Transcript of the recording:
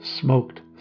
smoked